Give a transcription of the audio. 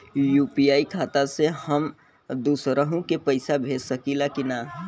UPI खाता से हम दुसरहु के पैसा भेज सकीला की ना?